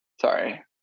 sorry